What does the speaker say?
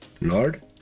lord